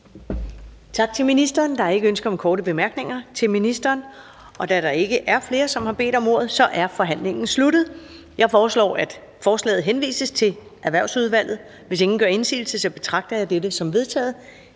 Tak til ministeren. Der er ikke ønsker om korte bemærkninger til ministeren. Da der ikke er flere, der har bedt om ordet, er forhandlingen sluttet. Jeg foreslår, at forslaget henvises til Erhvervsudvalget. Hvis ingen gør indsigelse, betragter jeg dette som vedtaget.